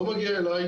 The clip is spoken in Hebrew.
לא מגיע אליי,